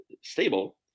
stable